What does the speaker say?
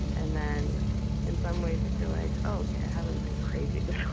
and then in some ways, you fee like, ok, i haven't been crazy this